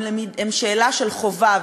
הם שאלה של חובה.